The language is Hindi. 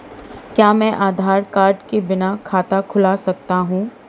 क्या मैं आधार कार्ड के बिना खाता खुला सकता हूं?